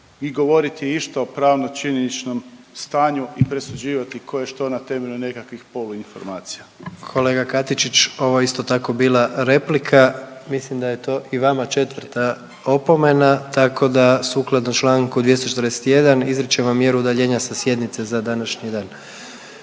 i govoriti išta o pravno činjeničnom stanju i presuđivati ko je što na temelju nekakvih poluinformacija. **Jandroković, Gordan (HDZ)** Kolega Katičić ovo je isto tako bila replika, mislim da je to i vama četvrta opomena tako da sukladno čl. 241. izričem vam mjeru udaljenja sa sjednice za današnji dan.